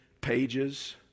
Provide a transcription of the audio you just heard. pages